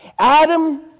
Adam